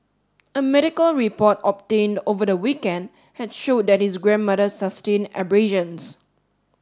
a medical report obtained over the weekend had showed that his grandmother sustained abrasions